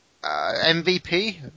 MVP